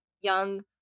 young